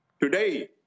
Today